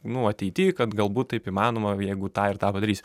nu ateity kad galbūt taip įmanoma jeigu tą ir tą padarysiu